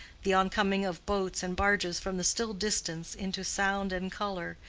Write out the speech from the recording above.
the oncoming of boats and barges from the still distance into sound and color,